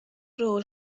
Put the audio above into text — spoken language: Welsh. rôl